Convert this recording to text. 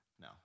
No